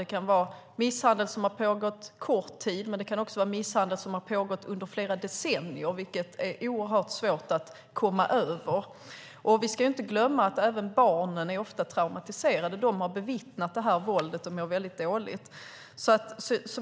Det kan vara misshandel som pågått en kort tid, men det kan också vara misshandel som pågått under flera decennier, vilket är oerhört svårt att komma över. Vi ska inte glömma att även barnen ofta är traumatiserade. De har bevittnat våldet och mår mycket dåligt.